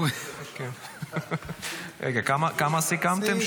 רגע, כמה סיכמתם?